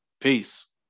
Peace